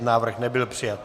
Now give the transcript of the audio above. Návrh nebyl přijat.